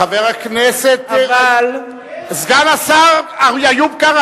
חבר הכנסת סגן השר איוב קרא,